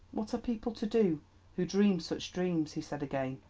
what are people to do who dream such dreams? he said again,